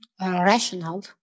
rational